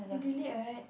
they delete right